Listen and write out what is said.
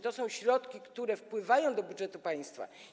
To są środki, które wpływają do budżetu państwa.